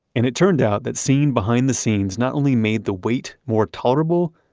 and it turned out that seeing behind the scenes not only made the wait more tolerable,